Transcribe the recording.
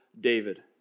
David